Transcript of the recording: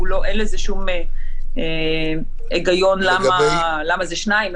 אין לזה שום היגיון למה זה שניים,